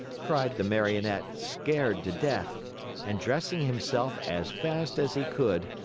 cried the marionette, scared to death and dressing himself as fast as he could,